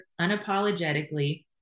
unapologetically